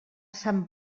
sant